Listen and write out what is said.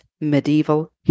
medieval